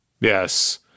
Yes